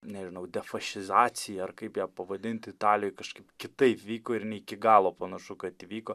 nežinau defašizaciją ar kaip ją pavadinti italijoj kažkaip kitaip vyko ir ne iki galo panašu kad įvyko